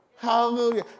Hallelujah